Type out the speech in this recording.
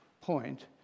point